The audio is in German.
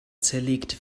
zerlegt